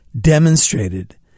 demonstrated